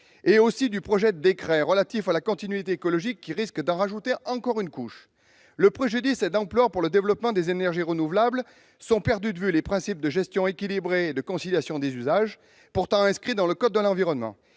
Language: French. classés ni du projet de décret relatif à la continuité écologique, qui risque d'en rajouter une couche ! Le préjudice est d'ampleur pour le développement des énergies renouvelables : sont perdus de vue les principes de gestion équilibrée et de conciliation des usages, pourtant inscrits dans le code de l'environnement.